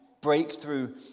breakthrough